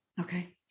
Okay